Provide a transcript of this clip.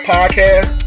Podcast